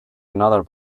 another